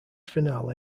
finale